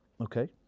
okay